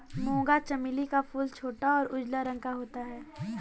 मूंगा चमेली का फूल छोटा और उजला रंग का होता है